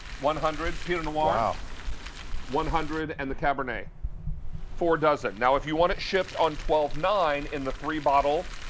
one hundred. pinot noir ah one hundred and the caber nay, four dozen. if you want it shipped on twelve nine in the three bottles,